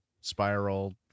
spiral